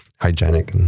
hygienic